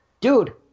Dude